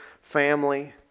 family